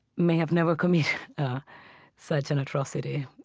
may have never committed such an atrocity.